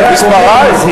אני רק אומר ומזהיר,